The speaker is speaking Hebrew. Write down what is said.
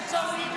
תעצור לי.